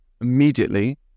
immediately